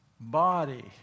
body